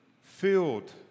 filled